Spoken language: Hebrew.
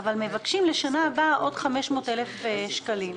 אבל מבקשים לשנה הבאה עוד 500,000 שקלים,